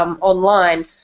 online